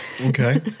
Okay